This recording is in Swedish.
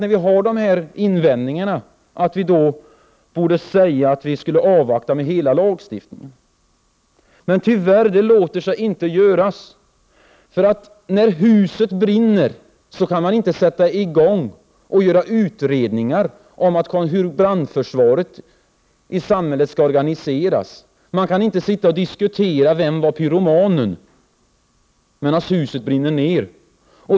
När vi nu har dessa invändningar, borde vi då inte säga att man skall avvakta med hela lagstiftningen? Tyvärr låter det sig inte göras. När huset brinner kan man inte sätta i gång och göra utredningar om hur brandförsvaret i samhället skall organiseras, och man kan inte sitta och diskutera vem pyromanen var medan huset brinner ner.